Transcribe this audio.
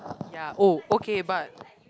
ya oh okay but